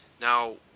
Now